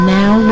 now